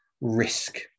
risk